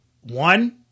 one